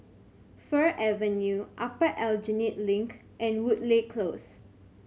Fir Avenue Upper Aljunied Link and Woodleigh Close